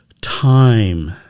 Time